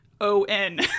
O-N